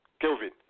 Kelvin